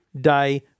day